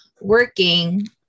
working